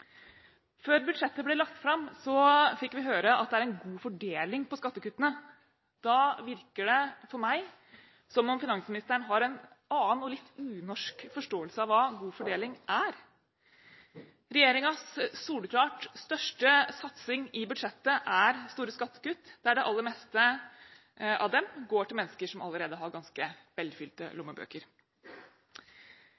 Før budsjettet ble lagt fram, fikk vi høre at det er en god fordeling på skattekuttene. Da virker det på meg som om finansministeren har en annen og litt unorsk forståelse av hva god fordeling er. Regjeringens soleklart største satsing i budsjettet er store skattekutt, der det aller meste av dem går til mennesker som allerede har ganske velfylte